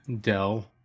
Dell